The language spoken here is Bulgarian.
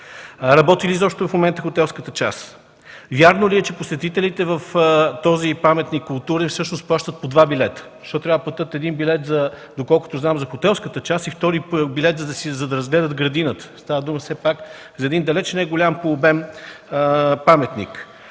Работи ли изобщо в момента хотелската част? Вярно ли е, че посетителите в този културен паметник всъщност плащат по два билета? Защото трябва да платят един билет за хотелската част, доколкото знам, и, втори билет, за да разгледат градината. Става дума все пак за един далече неголям по обем паметник.